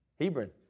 Hebron